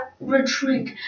retreat